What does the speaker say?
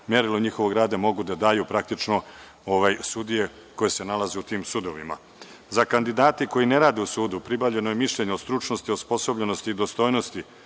merilo njihovog rada mogu da daju praktično sudije koje se nalaze u tim sudovima.Za kandidate koji ne rade u sudu pribavljeno je mišljenje o stručnosti, osposobljenosti i dostojnosti